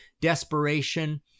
Desperation